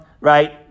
right